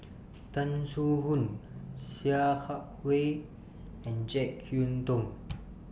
Tan Soo Khoon Sia Kah Hui and Jek Yeun Thong